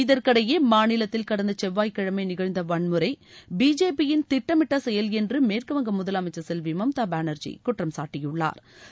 இதற்கிடையே மாநிலத்தில் கடந்த செவ்வாய்கிழமை நிகழ்ந்த வள்முறை பிஜேபியின் திட்டமிட்ட செயல் என்று மேற்குவங்க முதலமைச்சர் செல்வி மம்தா பேனா்ஜி குற்றம்சாட்டியுள்ளாா்